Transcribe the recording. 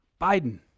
Biden